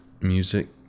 music